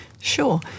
Sure